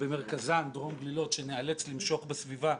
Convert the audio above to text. במרכזן דרום גלילות שנאלץ למשוך בסביבה,